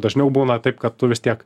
dažniau būna taip kad tu vis tiek